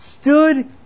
stood